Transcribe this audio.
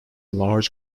large